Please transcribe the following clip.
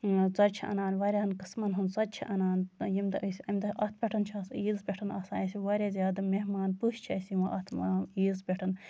ژۄچہِ چھِ اَنان واریاہَن قسمَن ہنز ژۄچہِ چھِ اَنان ییٚمہِ دۄہ أسۍ اَمہِ دۄہ اَتھ پٮ۪ٹھ چھُ آسان یہِ عیٖز پٮ۪ٹھ آسان واریاہ زیادٕ مہمان پٔژھۍ چھِ اسہِ یِوان اَتھ عیٖز پٮ۪ٹھ